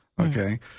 Okay